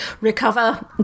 recover